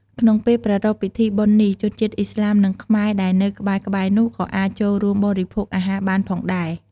ក្នុងពេលប្រារព្ធពិធីបុណ្យនេះ ជនជាតិឥស្លាម និងខ្មែរដែលនៅក្បែរៗនោះក៏អាចចូលរួមបរិភោគអាហារបានផងដែរ។